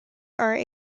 are